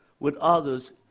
with others,